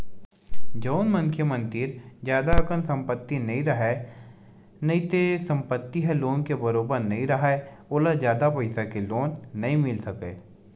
जउन मनखे मन तीर जादा अकन संपत्ति नइ राहय नइते संपत्ति ह लोन के बरोबर नइ राहय ओला जादा पइसा के लोन नइ मिल सकय